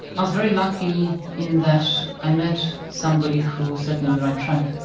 i was very lucky in that i met somebody who set me on the right track.